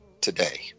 Today